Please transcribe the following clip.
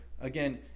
again